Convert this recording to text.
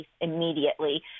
immediately